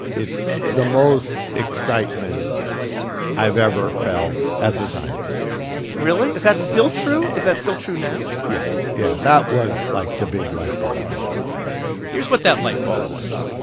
it's the most excitement i've ever felt as a scientist really? is that still true? is that still true now? yeah, yeah. that was like the big lightbulb going off here's what that lightbulb was.